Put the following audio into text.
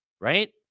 right